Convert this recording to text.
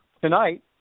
tonight